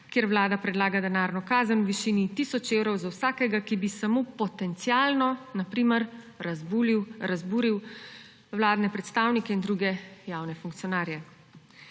kjer Vlada predlaga denarno kazen v višini tisoč evrov za vsakega, ki bi samo potencialno na primer razburil vladne predstavnike in druge javne funkcionarje.